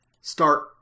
start